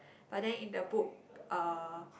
but then in the book uh